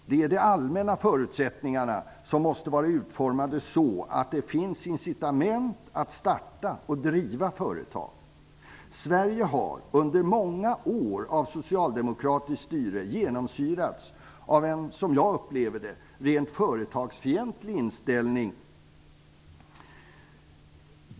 Det är de allmänna förutsättningarna som måste vara utformade så att det finns incitament att starta och driva företag. Sverige har under många år av socialdemokratiskt styre genomsyrats av en som jag uppfattar det rent företagsfientlig inställning.